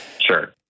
Sure